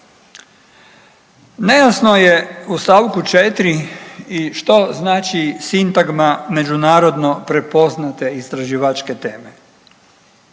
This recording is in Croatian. Nejasno je u st. 4. i što znači sintagma međunarodno prepoznate istraživačke teme